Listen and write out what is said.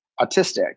autistic